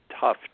tough